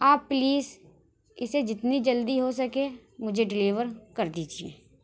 آپ پلیز اسے جتنی جلدی ہو سکے مجھے ڈیلیور کر دیجیے